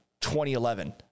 2011